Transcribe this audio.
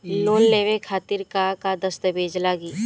Loan लेवे खातिर का का दस्तावेज लागी?